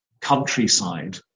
countryside